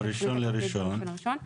ב-1.1.2022.